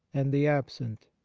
and the absent.